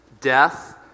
death